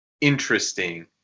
interesting